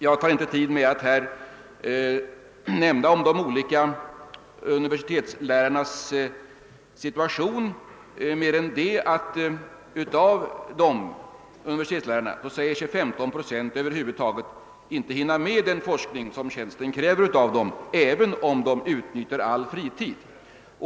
Jag skall inte uppta tiden med att redogöra för de olika universitetslärarnas situation mer än att jag påpekar att 15 procent av universitetslärarna säger sig över huvud taget inte hinna med den forskning som tjänsten kräver av dem, även om de utnyttjar all fritid.